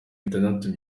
bitandatu